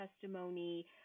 testimony